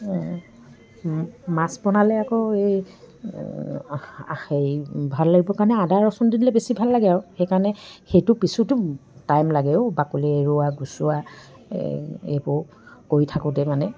মাছ বনালে আকৌ এই হেৰি ভাল লাগিব কাৰণে আদা ৰচুন দি দিলে বেছি ভাল লাগে আৰু সেইকাৰণে সেইটো পিছোঁতেও টাইম লাগে অ' বাকলি এৰোৱা গুচোৱা এই এইবোৰ কৰি থাকোঁতে মানে